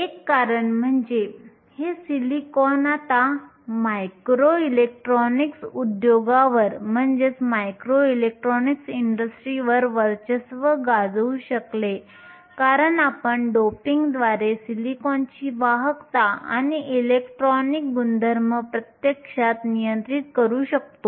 एक कारण म्हणजे हे सिलिकॉन आता मायक्रो इलेक्ट्रॉनिक्स उद्योगावर वर्चस्व गाजवू शकले कारण आपण डोपिंगद्वारे सिलिकॉनची वाहकता आणि इलेक्ट्रॉनिक गुणधर्म प्रत्यक्षात नियंत्रित करू शकतो